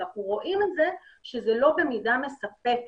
אנחנו רואים את זה שזה לא במידה מספקת.